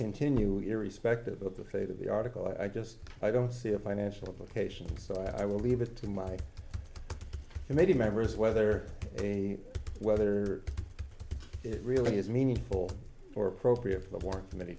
continue irrespective of the fate of the article i just i don't see a financial implications so i will leave it to my committee members whether whether it really is meaningful or appropriate